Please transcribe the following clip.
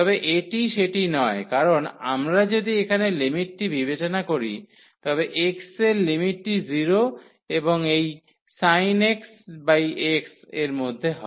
তবে এটি সেটি নয় কারণ আমরা যদি এখানে লিমিটটি বিবেচনা করি তবে x এর লিমিটটি 0 এবং এই sin x x এর মধ্যে হয়